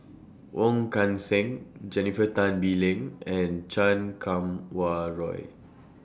Wong Kan Seng Jennifer Tan Bee Leng and Chan Kum Wah Roy